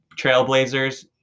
Trailblazers